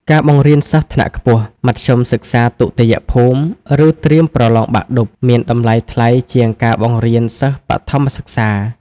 ការបង្រៀនសិស្សថ្នាក់ខ្ពស់ មធ្យមសិក្សាទុតិយភូមិ ឬត្រៀមប្រឡងបាក់ឌុប មានតម្លៃថ្លៃជាងការបង្រៀនសិស្សបឋមសិក្សា។